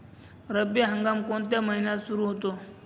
रब्बी हंगाम कोणत्या महिन्यात सुरु होतो?